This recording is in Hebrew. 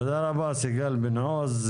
תודה רבה סיגל בן עוז,